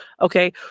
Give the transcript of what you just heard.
okay